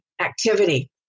activity